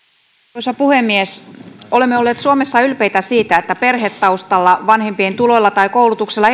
arvoisa puhemies olemme olleet suomessa ylpeitä siitä että perhetaustalla vanhempien tuloilla tai koulutuksella